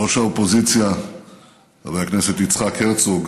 ראש האופוזיציה חבר הכנסת יצחק הרצוג,